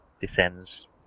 descends